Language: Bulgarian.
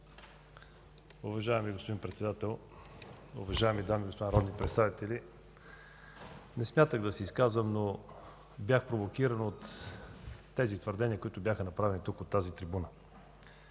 Уважаеми господин Председател, уважаеми дами и господа народни представители! Не смятах да се изказвам, но бях провокиран от тези твърдения, които бяха направени тук, от тази трибуна.